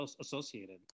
associated